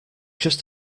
just